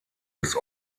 des